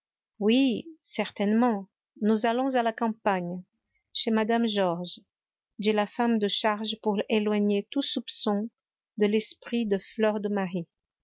oui certainement nous allons à la campagne chez mme georges dit la femme de charge pour éloigner tout soupçon de l'esprit de